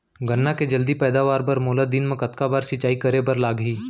गन्ना के जलदी पैदावार बर, मोला दिन मा कतका बार सिंचाई करे बर लागही?